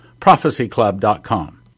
Prophecyclub.com